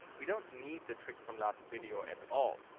we don't need the trick from last video at all.